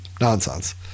nonsense